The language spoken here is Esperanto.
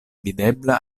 videbla